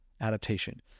adaptation